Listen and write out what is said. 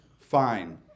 fine